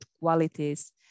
qualities